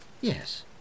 Yes